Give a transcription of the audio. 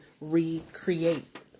recreate